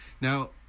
now